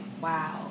wow